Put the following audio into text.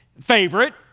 favorite